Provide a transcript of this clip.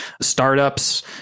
startups